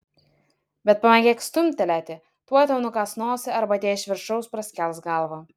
bet pamėgink stumtelėti tuoj tau nukąs nosį arba tie iš viršaus praskels galvą